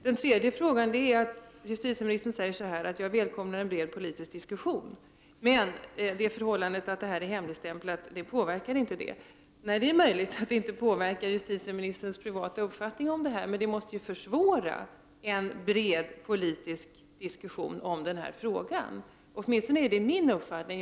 Justitieministern säger vidare i sitt svar att hon välkomnar en bred politisk diskussion och att det förhållandet att dessa handlingar är hemligstämplade inte har någon betydelse i sammanhanget. Det är möjligt att det inte påverkar justitieministerns privata uppfattning om detta, men det måste ju försvåra en bred politisk diskussion i denna fråga. Åtminstone är detta min uppfattning.